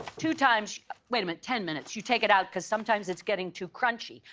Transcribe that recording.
two times wait a minute. ten minutes you take it out, cause sometimes, it's getting too crunchy.